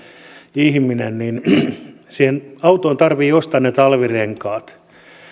ihminen ja siihen autoon tarvitsee ostaa ne talvirenkaat